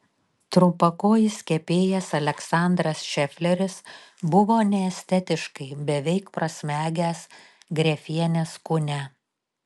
trumpakojis kepėjas aleksandras šefleris buvo neestetiškai beveik prasmegęs grefienės kūne